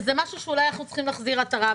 וזה משהו שאולי אנחנו צריכים להחזיר עטרה.